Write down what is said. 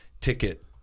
ticket